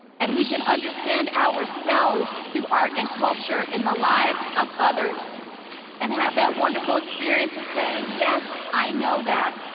and we can understand ourselves through art and culture in the lives of others and have that wonderful experience of saying yes, i know that,